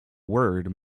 word